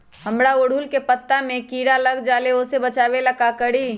हमरा ओरहुल के पत्ता में किरा लग जाला वो से बचाबे ला का करी?